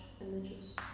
images